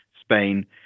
spain